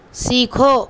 سیکھو